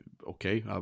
Okay